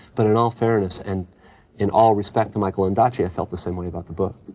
but in all fairness, and in all respect to michael ondaatje, felt the same way about the book,